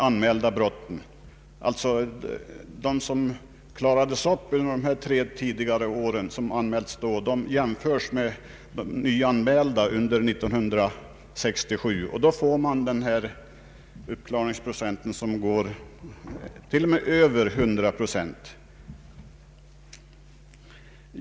Dessa uppklarade brott, som alltså avser anmälningar under tre år, jämförs med nyanmälda under 1967. Då får man en uppklaringsprocent som går till och med över 100 procent.